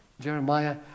Jeremiah